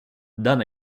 den